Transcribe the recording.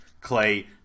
Clay